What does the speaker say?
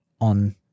on